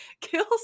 kill